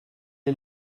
est